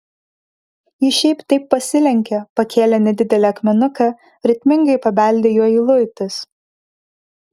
ji šiaip taip pasilenkė pakėlė nedidelį akmenuką ritmingai pabeldė juo į luitus